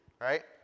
right